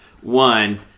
One